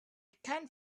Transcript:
can